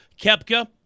Kepka